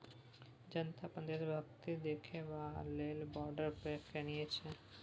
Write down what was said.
जनता अपन देशभक्ति देखेबाक लेल वॉर बॉड कीनय छै